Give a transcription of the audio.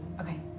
Okay